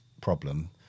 problem